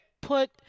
put